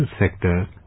sector